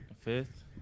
Fifth